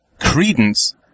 credence